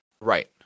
Right